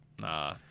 Nah